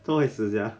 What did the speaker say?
做么会死 sia